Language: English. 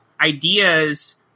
ideas